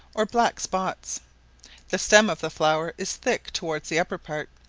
or black spots the stem of the flower is thick towards the upper part,